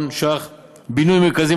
אם כן,